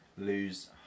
lose